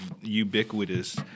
ubiquitous